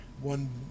one